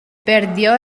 perdió